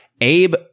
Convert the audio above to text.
Abe